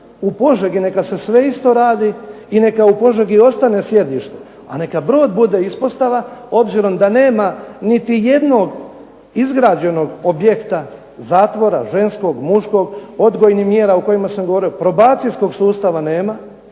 U Požegi neka se sve isto radi i neka u Požegi ostane sjedište, a neka Brod bude ispostava obzirom da nema niti jednog izgrađenog objekta, zatvora ženskog, muškog, odgojnih mjera o kojima sam govorio, probacijskog sustava nema.